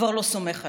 כבר לא סומך עליה.